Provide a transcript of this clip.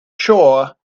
sure